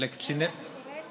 לא ההצעה הזאת.